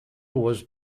was